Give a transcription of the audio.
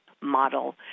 model